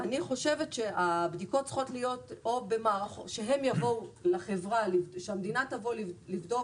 אני חושבת שהבדיקות צריכות להיות כך שהמדינה תבוא לבדוק.